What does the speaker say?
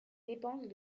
dépenses